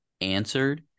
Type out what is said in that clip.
answered